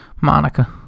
Monica